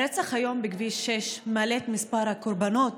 הרצח היום בכביש 6 מעלה את מספר הקורבנות